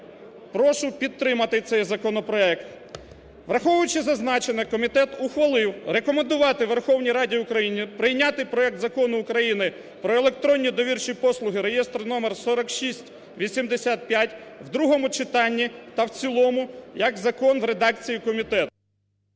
Прошу підтримати цей законопроект. Враховуючи зазначене, комітет ухвалив рекомендувати Верховній Раді України прийняти проект Закону України про електронні довірчі послуги (реєстр номер 4685) в другому читанні та в цілому як закон в редакції комітету…